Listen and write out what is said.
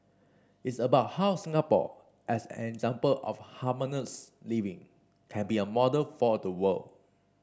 it's about how Singapore as an example of harmonious living can be a model for the world